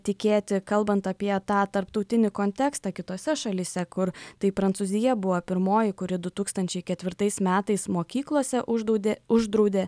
tikėti kalbant apie tą tarptautinį kontekstą kitose šalyse kur tai prancūzija buvo pirmoji kuri du tūkstančiai ketvirtais metais mokyklose uždaudė uždraudė